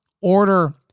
order